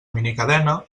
minicadena